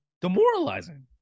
Demoralizing